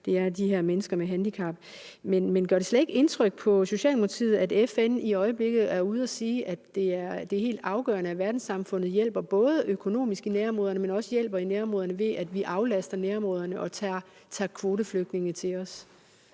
altså de her mennesker med handicap. Men gør det slet ikke indtryk på Socialdemokratiet, at FN i øjeblikket er ude at sige, at det er helt afgørende, at verdenssamfundet både hjælper økonomisk i nærområderne, men også hjælper i nærområderne, ved at vi aflaster nærområderne og tager imod kvoteflygtninge? Kl.